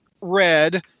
red